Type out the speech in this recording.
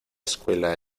escuela